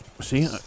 See